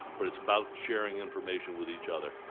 but it's about sharing information with each other.